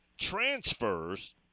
transfers